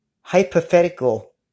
hypothetical